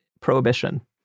prohibition